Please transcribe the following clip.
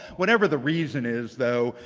whatever the reason is though,